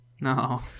No